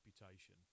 reputation